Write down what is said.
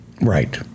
Right